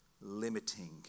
limiting